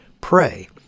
Pray